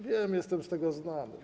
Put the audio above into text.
Wiem, jestem z tego znany.